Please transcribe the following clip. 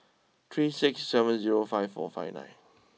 three six seven zero five four five nine